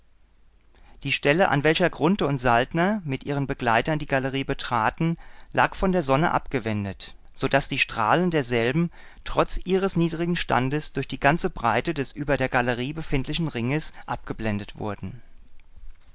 die stelle an welcher grunthe und saltner mit ihren begleitern die galerie betraten lag von der sonne abgewendet so daß die strahlen derselben trotz ihres niedrigen standes durch die ganze breite des über der galerie befindlichen ringes abgeblendet wurden